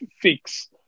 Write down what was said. fix